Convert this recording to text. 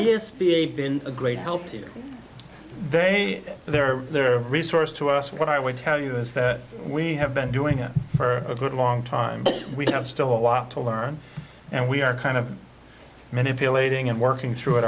been a great help to you they they're they're resource to us what i would tell you is that we have been doing it for a good long time but we have still a lot to learn and we are kind of manipulating and working through it